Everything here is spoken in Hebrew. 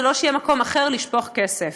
זה לא שיהיה מקום אחר לשפוך כסף.